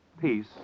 peace